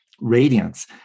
radiance